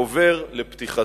עובר לפתיחתו.